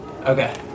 Okay